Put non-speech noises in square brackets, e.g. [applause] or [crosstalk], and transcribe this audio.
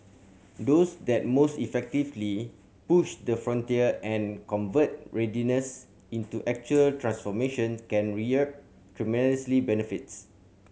those that most effectively push the frontier and convert readiness into actual transformation can reap [unintelligible] benefits